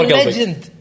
legend